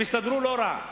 הם יסתדרו לא רע.